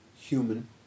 human